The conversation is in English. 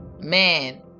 man